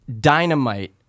dynamite